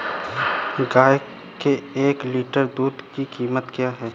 गाय के एक लीटर दूध की कीमत क्या है?